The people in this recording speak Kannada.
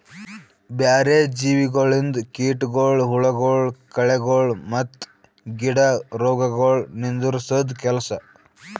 ಬ್ಯಾರೆ ಜೀವಿಗೊಳಿಂದ್ ಕೀಟಗೊಳ್, ಹುಳಗೊಳ್, ಕಳೆಗೊಳ್ ಮತ್ತ್ ಗಿಡ ರೋಗಗೊಳ್ ನಿಂದುರ್ಸದ್ ಕೆಲಸ